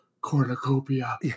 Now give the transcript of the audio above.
cornucopia